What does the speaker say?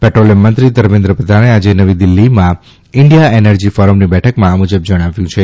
petroleum મંત્રી ધર્મેન્દ્ર પ્રધાને આજે નવી દીલ્ફીમાં ઇન્ડિયા ઐનર્જ ફોરમની બેઠકમાં આ મુજબ જણાવ્યું છે